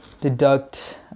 deduct